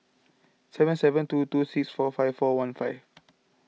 seven seven two two six four five four one five